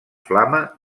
flama